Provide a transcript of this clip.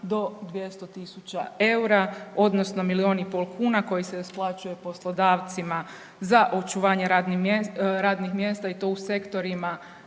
do 200 tisuća eura, odnosno milijun i pol kuna koji se isplaćuje poslodavcima za očuvanje radnih mjesta i to u sektorima